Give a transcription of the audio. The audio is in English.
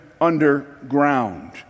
underground